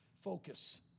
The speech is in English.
Focus